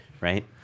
right